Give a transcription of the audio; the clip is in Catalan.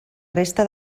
resta